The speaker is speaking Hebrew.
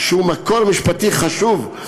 שהוא מקור משפטי חשוב,